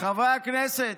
חברי הכנסת,